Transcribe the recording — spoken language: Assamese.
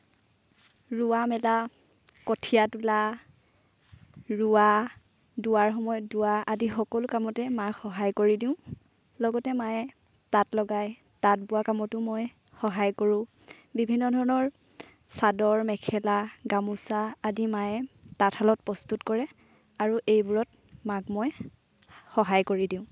ৰোৱা মেলা কঠিয়া তোলা ৰোৱা দোৱাৰ সময়ত দোৱা আদি সকলো কামতে মাক সহায় কৰি দিওঁ লগতে মায়ে তাঁত লগায় তাঁত বোৱা কামতো মই সহায় কৰোঁ বিভিন্ন ধৰণৰ চাদৰ মেখেলা গামোচা আদি মায়ে তাঁতশালত প্ৰস্তুত কৰে আৰু এইবোৰত মাক মই সহায় কৰি দিওঁ